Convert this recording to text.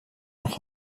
noch